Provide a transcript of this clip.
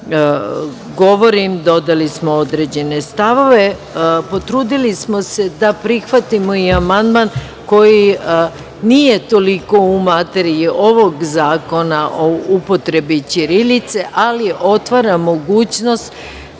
govorim. Dodali smo određene stavove. Potrudili smo se da prihvatimo i amandman koji nije toliko u materiji ovog Zakona o upotrebi ćirilice, ali otvara mogućnost